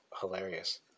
hilarious